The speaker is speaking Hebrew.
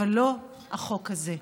אבל לא החוק הזה.